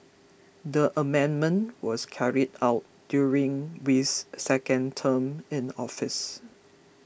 the amendment was carried out during Wee's second term in office